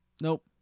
Nope